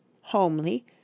homely